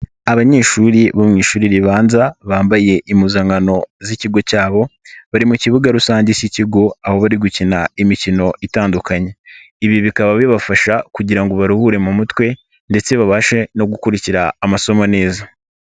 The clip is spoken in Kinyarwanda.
Abanyeshuri bo mu ishuri ribanza bambaye impuzankano z'ikigo cyabo, bari mu kibuga rusange k'ikigo, aho bari gukina imikino itandukanye. Ibi bikaba bibafasha kugira ngo baruhure mu mutwe ndetse babashe no gukurikira amasomo neza.